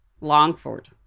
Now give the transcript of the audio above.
Longford